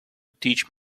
teach